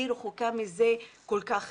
היא רחוקה מזה כל כך.